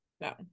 no